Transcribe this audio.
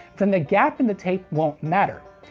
then the gap in the tape won't matter.